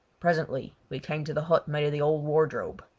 presently we came to the hut made of the old wardrobe.